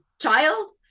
child